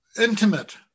intimate